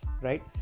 right